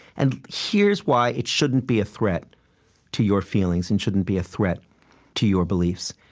and here's why it shouldn't be a threat to your feelings and shouldn't be a threat to your beliefs.